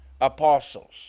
apostles